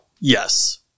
yes